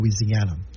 Louisiana